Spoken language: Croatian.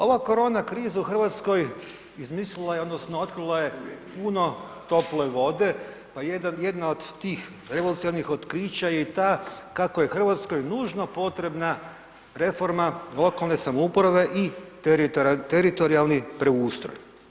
Ova korona kriza u Hrvatskoj izmislila je odnosno otkrila puno tople vode pa jedna od tih revolucionarnih otkrića je i ta kako je Hrvatskoj nužno potreba reforma lokalne samouprave i teritorijalni preustroj.